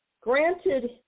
granted